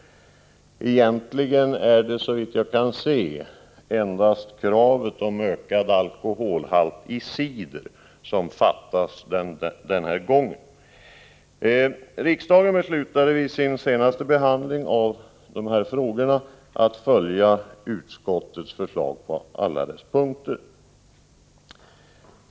Egentligen är det såvitt jag kan se endast kravet på ökad alkoholhalt i cider som fattas den här gången. Riksdagen beslutade vid sin senaste behandling av frågor på detta område att följa utskottets förslag på alla punkter.